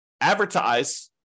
advertise